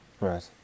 Right